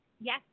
Yes